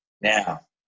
Now